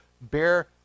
bear